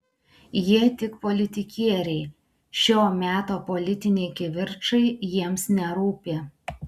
jie tik politikieriai šio meto politiniai kivirčai jiems nerūpi